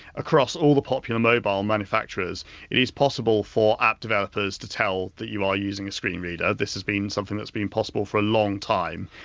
across all the popular mobile manufacturers it is possible for app developers to tell that you are using a screen reader. this has been something that's been possible for a long time.